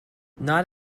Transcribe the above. not